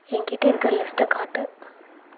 என்கிட்டே இருக்கிற லிஸ்ட்டை காட்டு